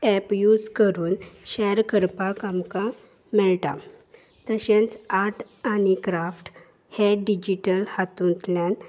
app use करून share करपाक आमकां मेळटा तशेंच आर्ट आनी क्राफ्ट हे डिजिटल हातूंतल्यान